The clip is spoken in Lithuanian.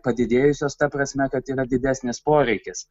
padidėjusios ta prasme kad yra didesnis poreikis